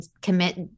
commit